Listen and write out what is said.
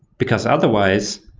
because otherwise,